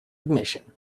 admission